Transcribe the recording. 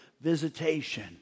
visitation